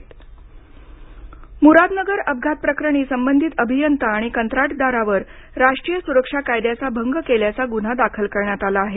मुरादनगर अपघात मुरादनगर अपघात प्रकरणी संबंधित अभियंता आणि कंत्राटदारावर राष्ट्रीय सुरक्षा कायद्याचा भंग केल्याचा गुन्हा दाखल करण्यात आला आहे